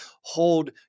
hold